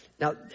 Now